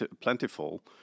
plentiful